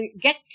get